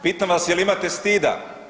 Pitam vas jel imate stida?